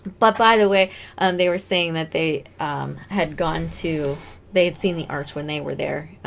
but by the way and they were saying that they had gone to they had seen the arts when they were there